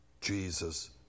Jesus